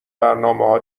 برنامهها